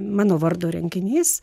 mano vardo renginys